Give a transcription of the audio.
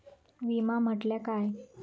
विमा म्हटल्या काय?